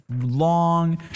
long